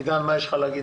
עידן, מה יש לך להגיד?